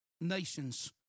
nations